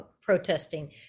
protesting